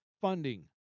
funding